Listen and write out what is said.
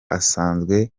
asanzwe